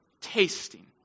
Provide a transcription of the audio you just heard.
tasting